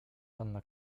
panna